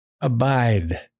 abide